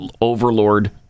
overlord